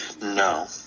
no